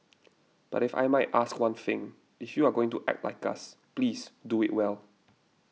but if I might ask one thing if you are going to act like us please do it well